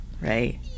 Right